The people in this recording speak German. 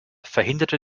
verhinderte